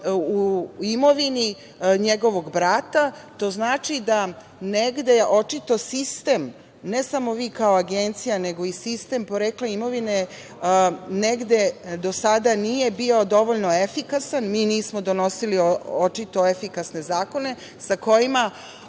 u imovini njegovog brata. To znači da negde očito sistem, ne samo vi kao Agencija, nego i sistem porekla imovine negde do sada nije bio dovoljno efikasan. Mi nismo donosili, očito, efikasne zakone sa kojima